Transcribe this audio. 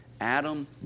Adam